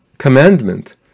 Commandment